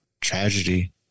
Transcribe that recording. tragedy